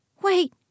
Wait